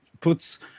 puts